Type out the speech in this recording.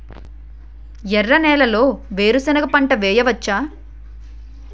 ఎర్ర నేలలో వేరుసెనగ పంట వెయ్యవచ్చా?